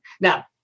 Now